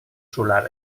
solar